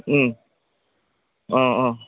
অঁ অঁ